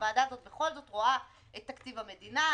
הוועדה הזאת בכל זאת רואה את תקציב המדינה,